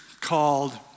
called